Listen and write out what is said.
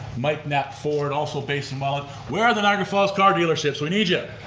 mike knapp ford also based in welland. where are the niagara falls car dealerships? we need you.